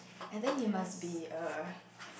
I think it must be a